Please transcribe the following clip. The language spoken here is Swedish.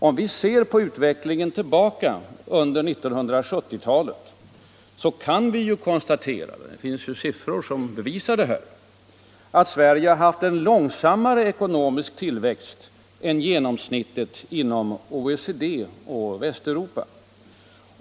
Om vi ser tillbaka på utvecklingen under 1970-talet, kan vi konstatera — det finns siffror som bevisar det här — att Sverige haft en långsammare ekonomisk tillväxt än genomsnittet inom OECD och Västeuropa.